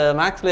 max